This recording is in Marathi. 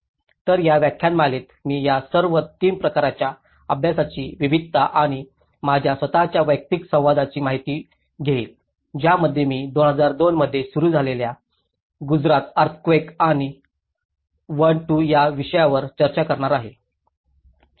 तर या व्याख्यानमालेत मी या सर्व 3 प्रकरणांच्या अभ्यासाची विविधता आणि माझ्या स्वत च्या वैयक्तिक संवादाची माहिती घेईन ज्यामध्ये मी 2002 मध्ये सुरू झालेल्या गुजरात अर्थक्वेक आणि 1 2 या विषयावर चर्चा करणार आहे